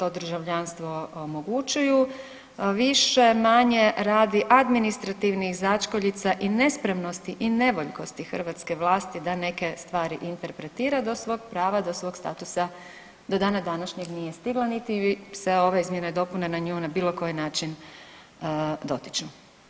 to državljanstvo omogućuju više-manje radi administrativnih začkoljica i nespremnosti i nevoljkosti hrvatske vlasti da neke stvari interpretira do svog prava, do svog statusa do dana današnjeg nije stigla niti se ove izmjene i dopune na nju na bilo koji način dotiču.